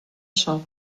shop